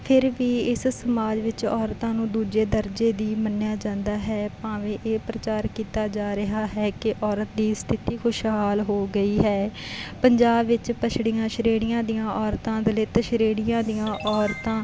ਫਿਰ ਵੀ ਇਸ ਸਮਾਜ ਵਿੱਚ ਔਰਤਾਂ ਨੂੰ ਦੂਜੇ ਦਰਜੇ ਦੀ ਮੰਨਿਆ ਜਾਂਦਾ ਹੈ ਭਾਵੇਂ ਇਹ ਪ੍ਰਚਾਰ ਕੀਤਾ ਜਾ ਰਿਹਾ ਹੈ ਕਿ ਔਰਤ ਦੀ ਸਥਿਤੀ ਖੁਸ਼ਹਾਲ ਹੋ ਗਈ ਹੈ ਪੰਜਾਬ ਵਿੱਚ ਪੱਛੜੀਆਂ ਸ਼੍ਰੇਣੀਆਂ ਦੀਆਂ ਔਰਤਾਂ ਦਲਿੱਤ ਸ਼੍ਰੇਣੀਆਂ ਦੀਆਂ ਔਰਤਾਂ